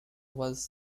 was